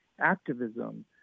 activism